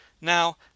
Now